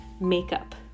makeup